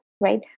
right